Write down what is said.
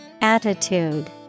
Attitude